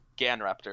Ganraptor